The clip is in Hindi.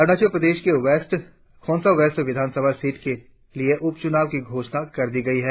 अरुणाचल प्रदेश के खोंसा वेस्ट विधानसभा सीट के लिए उपचुनाव की घोषणा कर दी गई है